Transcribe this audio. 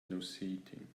nauseating